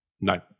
No